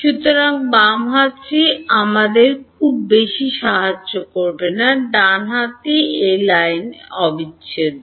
সুতরাং বাম হাতটি আমাদের খুব বেশি সাহায্য করবে না ডান হাতটি একটি লাইন অবিচ্ছেদ্য